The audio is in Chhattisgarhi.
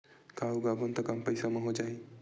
का उगाबोन त कम पईसा म हो जाही?